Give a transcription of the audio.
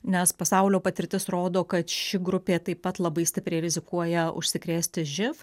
nes pasaulio patirtis rodo kad ši grupė taip pat labai stipriai rizikuoja užsikrėsti živ